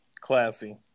classy